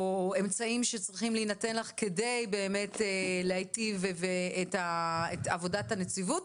או אמצעים שצריכים להינתן לך כדי באמת להיטיב את עבודת הנציבות.